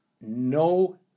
no